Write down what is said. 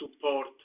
support